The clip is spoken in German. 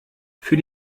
für